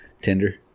Tinder